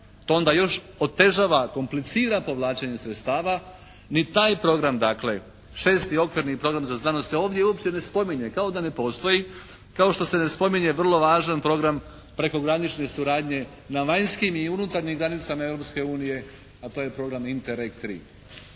To onda još otežava, komplicira povlačenje sredstva. Ni taj program dakle, šesti okvirni program za znanost se ovdje uopće ne spominje kao da ne postoji, kao što se ne spominje vrlo važan program prekogranične suradnje na vanjskim i unutarnjim granicama Europske unije, a to je program INTEREG 3.